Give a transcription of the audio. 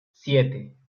siete